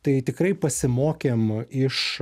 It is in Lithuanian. tai tikrai pasimokėm iš